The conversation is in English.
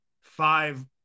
five